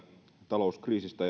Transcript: talouskriisistä